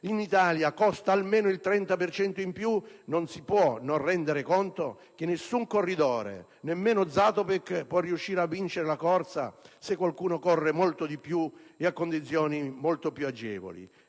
in Italia arriva almeno al 30 per cento in più, non può non rendersi conto che nessun corridore, nemmeno Zatopek, può vincere la corsa, se qualcuno corre molto di più e a condizioni molto più agevoli.